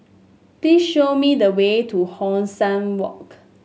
please show me the way to Hong San Walk